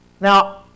now